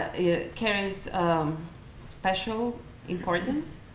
it carries special importance,